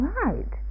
right